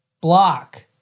block